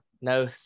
No